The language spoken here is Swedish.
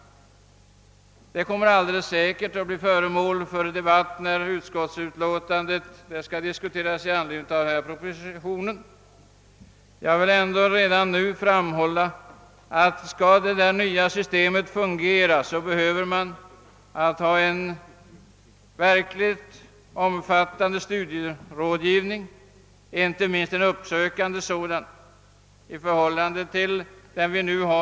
Detta förslag kommer alldeles säkert att bli föremål för debatt när utskottets utlåtande i anledning av propositionen ligger på riksdagens bord. Jag vill ändå redan nu framhålla, att det krävs en mycket omfattande studierådgivning — inte minst en uppsökande sådan — för att detta system skall fungera.